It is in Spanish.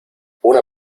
una